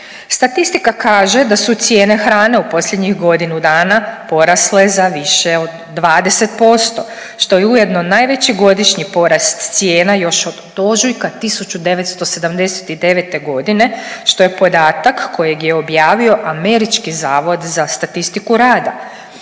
Statistika kaže da su cijene hrane u posljednjih godinu dana porasle za više od 20%, što je ujedno najveći godišnji porast cijena još od ožujka 1979. g., što je podatak koji je objavio Američki zavod za statistiku rada.